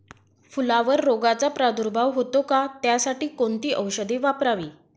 फुलावर रोगचा प्रादुर्भाव होतो का? त्यासाठी कोणती औषधे वापरावी?